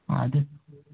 ಅದು